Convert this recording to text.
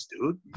dude